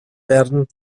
werden